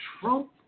Trump